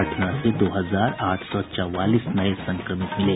पटना से दो हजार आठ सौ चौवालीस नये संक्रमित मिले